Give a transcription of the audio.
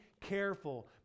careful